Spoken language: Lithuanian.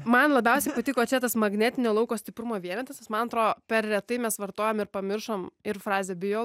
man labiausiai patiko čia tas magnetinio lauko stiprumo vienetas jis man atrodo per retai mes vartojam ir pamiršom ir frazę bio